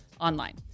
online